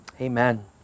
amen